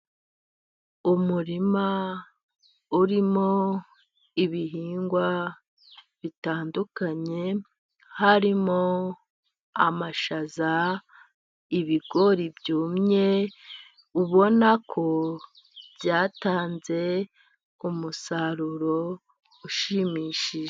Umurima urimo ibihingwa bitandukanye harimo amashaza, ibigori byumye, ubona ko byatanze umusaruro ushimishije.